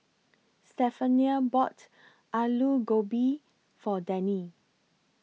Stephania bought Alu Gobi For Dennie